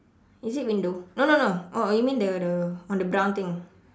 is it window no no no oh you mean the the on brown thing